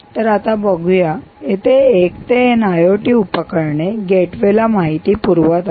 तर आता बघूया इथे 1 ते n आयओटी उपकरणे गेटवेला माहिती पुरवत आहेत